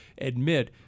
admit